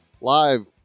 live